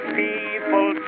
people